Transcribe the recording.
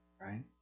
Right